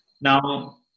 Now